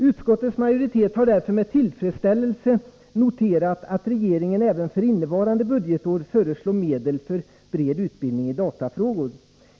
Utskottets majoritet har därför med tillfredsställelse noterat att regeringen även för detta budgetår föreslår medel för bred utbildning i datafrågor.